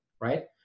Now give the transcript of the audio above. right